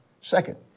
Second